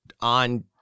on